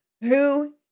who-